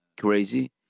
crazy